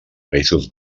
països